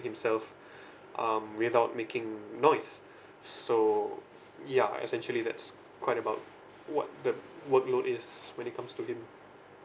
himself um without making noise so yeah essentially that's quite about what the workload is when it comes to him